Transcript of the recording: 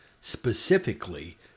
specifically